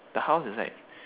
the house is like